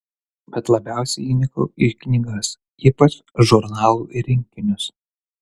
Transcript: bet labiausiai įnikau į knygas ypač žurnalų rinkinius